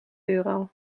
euro